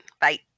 Bye